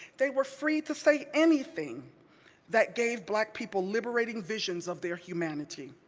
they were free to say anything that gave black people liberating visions of their humanity,